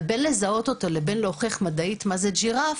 אבל בין לזהות אותה לבין להוכיח מדעית מה זה ג'ירף.